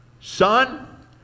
Son